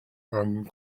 anne